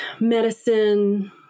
medicine